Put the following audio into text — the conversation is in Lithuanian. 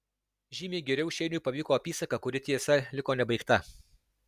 žymiai geriau šeiniui pavyko apysaka kuri tiesa liko nebaigta